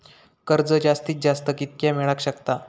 कर्ज जास्तीत जास्त कितक्या मेळाक शकता?